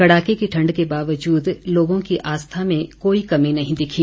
कड़ाके की ठंड के बावजूद लोगों की आस्था में कोई कमी नहीं दिखी